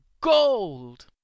gold